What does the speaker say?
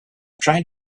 trying